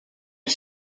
les